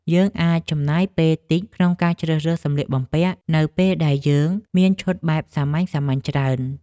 យើងអាចចំណាយពេលតិចក្នុងការជ្រើសរើសសម្លៀកបំពាក់នៅពេលដែលយើងមានឈុតបែបសាមញ្ញៗច្រើន។